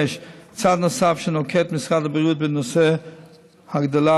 צעד נוסף שנוקט משרד הבריאות בנושא הגדלת